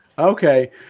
Okay